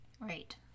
Right